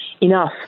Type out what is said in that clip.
enough